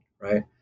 right